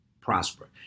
prosper